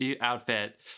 outfit